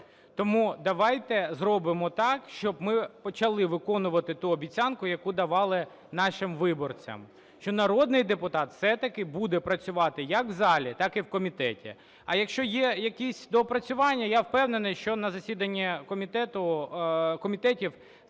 Тому давайте зробимо так, щоб ми почали виконувати ту обіцянку, яку давали нашим виборцям. Що народний депутат все-таки буде працювати як в залі, так і в комітеті. А якщо є якісь доопрацювання, я впевнений, що на засіданнях комітетів